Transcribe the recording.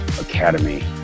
academy